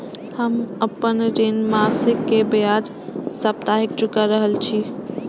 हम आपन ऋण मासिक के ब्याज साप्ताहिक चुका रहल छी